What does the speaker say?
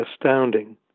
astounding